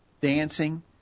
dancing